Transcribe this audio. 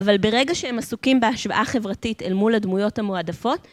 אבל ברגע שהם עסוקים בהשוואה חברתית אל מול הדמויות המועדפות,